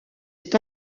est